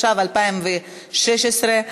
התשע"ו 2016,